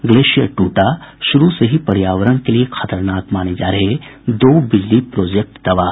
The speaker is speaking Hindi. ग्लेशियर दूटा शुरू से ही पर्यावरण के लिए खतरनाक माने जा रहे दो बिजली प्रोजेक्ट तबाह